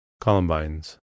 Columbines